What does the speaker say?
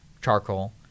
charcoal